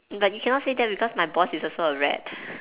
but you cannot say that because my boss is also a rat